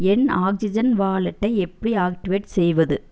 என் oxygen வாலெட்டை எப்படி activate செய்வது